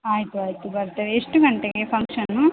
ಆಯಿತು ಆಯಿತು ಬರ್ತೇವೆ ಎಷ್ಟು ಗಂಟೆಗೆ ಫಂಕ್ಷನು